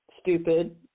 stupid